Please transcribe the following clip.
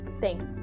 Thanks